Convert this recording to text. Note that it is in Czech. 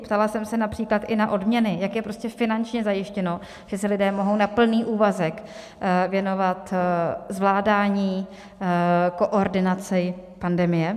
Ptala jsem se například i na odměny, jak je prostě finančně zajištěno, že se lidé mohou na plný úvazek věnovat zvládání, koordinaci pandemie.